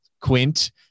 Quint